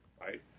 right